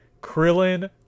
Krillin